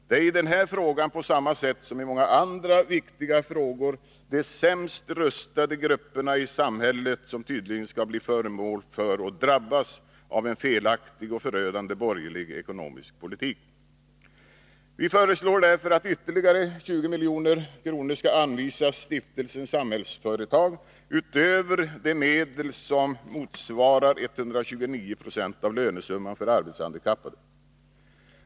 Det är i den här frågan på samma sätt som i många andra viktiga frågor — de sämst rustade grupperna i samhället skall tydligen bli föremål för och drabbas av en felaktig och förödande borgerlig ekonomisk politik. Vi föreslår därför att ytterligare 20 milj.kr. skall anvisas Stiftelsen Samhällsföretag, utöver de medel som motsvarar 129 96 av lönesumman för arbetshandikappade.